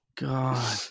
God